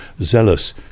zealous